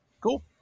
Cool